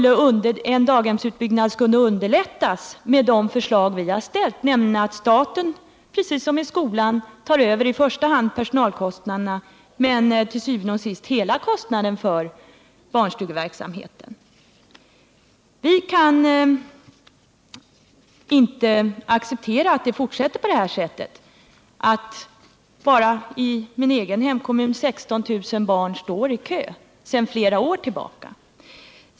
En daghemsutbyggnad skulle underlättas med det förslag som vi har ställt, nämligen att staten, precis som i fråga om skolan, tar över i första hand personalkostnaderna men til syvende og sidst hela kostnaden för barnstugeverksamheten. Vi kommer inte att acceptera att det får fortsätta att vara som det är t.ex. i min egen hemkommun, där 16 000 barn står i kö sedan flera år tillbaka.